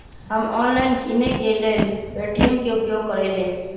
हम ऑनलाइन किनेकेँ लेल पे.टी.एम के उपयोग करइले